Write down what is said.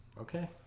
Okay